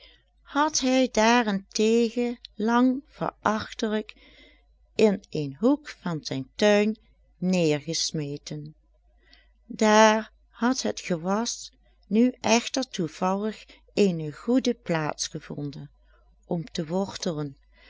had hij daarentegen lang verachtelijk in een hoek van zijn tuin neergesmeten daar had het gewas nu echter toevallig eene goede plaats gevonden om te wortelen